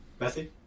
Messi